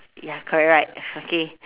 ya correct right okay